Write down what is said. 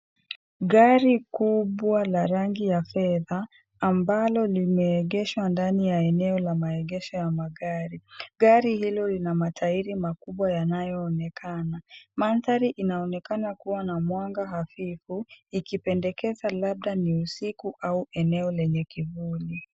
Gari kubwa ya rangi la fedha ambalo limeegeshwa ndani ya eneo la maegesho ya magari . Gari hilo lina matairi makubwa yanayoonekana. Mandhari inaonekana kuwa na mwanga hafifu ikipendekeza labda ni usiku au eneo lenye kivuli.